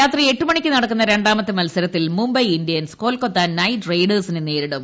രാത്രി എട്ടിന് നടക്കുന്ന രണ്ടാമത്തെ മത്സരത്തിൽ മുംബൈ ഇന്ത്യൻസ് കൊൽക്കത്ത നൈറ്റ് നൈഡേഴ്സിനെ നേരിടും